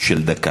של דקה.